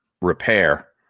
repair